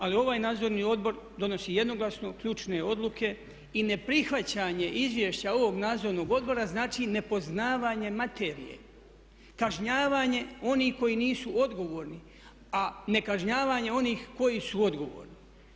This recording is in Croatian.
Ali ovaj nadzorni odbor donosi jednoglasno ključne odluke i ne prihvaćenjem izvješća ovog nadzornog odbora znači nepoznavanje materije, kažnjavanje onih koji nisu odgovorni a ne kažnjavanje onih koji su odgovorni.